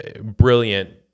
brilliant